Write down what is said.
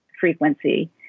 frequency